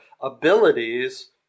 abilities